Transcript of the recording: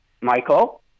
Michael